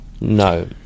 No